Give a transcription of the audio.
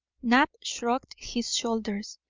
knapp shrugged his shoulders.